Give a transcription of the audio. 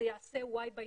וייעשה Y בהתנהגות.